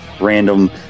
random